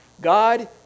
God